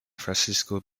francisco